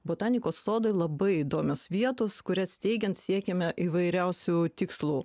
botanikos sodai labai įdomios vietos kurias steigiant siekiame įvairiausių tikslų